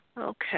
Okay